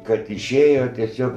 kad išėjo tiesiog